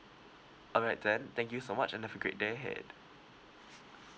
all right then thank you so much and have a great day ahead